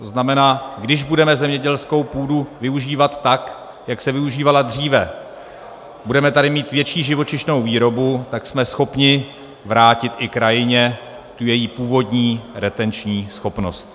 To znamená, když budeme zemědělskou půdu využívat tak, jak se využívala dříve, budeme tady mít větší živočišnou výrobu, tak jsme schopni vrátit i krajině tu její původní retenční schopnost.